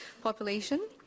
population